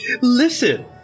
Listen